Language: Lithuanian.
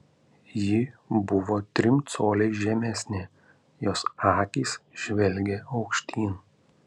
ji buvo trim coliais žemesnė jos akys žvelgė aukštyn